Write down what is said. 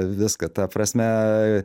viską ta prasme